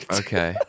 okay